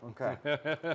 Okay